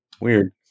Weird